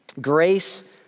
grace